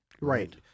Right